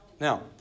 Now